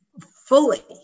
fully